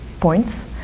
points